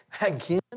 Again